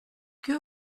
que